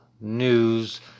news